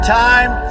time